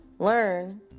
Learn